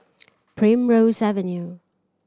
Primrose Avenue